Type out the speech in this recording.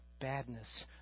badness